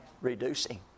Reducing